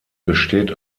besteht